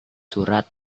surat